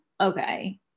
Okay